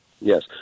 Yes